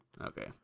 Okay